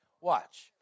Watch